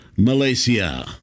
Malaysia